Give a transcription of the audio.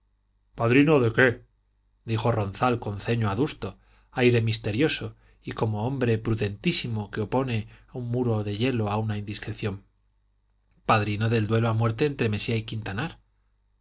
padrino de qué dijo ronzal con ceño adusto aire misterioso y como hombre prudentísimo que opone un muro de hielo a una indiscreción padrino del duelo a muerte entre mesía y quintanar